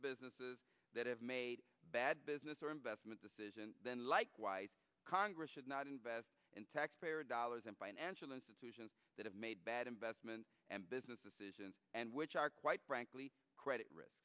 businesses that have made bad business or investment decisions then likewise congress should not invest in taxpayer dollars and financial institutions that have made bad investments and business decisions and which are quite frankly credit ris